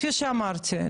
כפי שאמרתי,